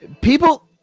People